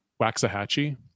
Waxahachie